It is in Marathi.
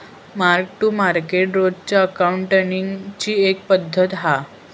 मार्क टू मार्केट रोजच्या अकाउंटींगची एक पद्धत हा